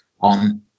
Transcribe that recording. On